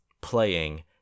playing